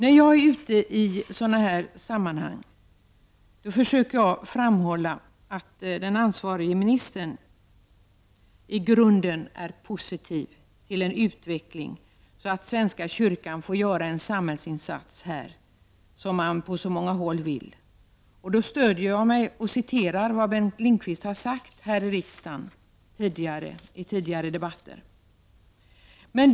När jag är ute i dessa sammanhang försöker jag framhålla att den ansvarige ministern i grunden är positiv till en utveckling där svenska kyrkan får göra den samhällsinsats som man på många håll vill. Jag stöder mig då på och citerar vad Bengt Lindqvist har sagt här i riksdagen under tidigare debatter.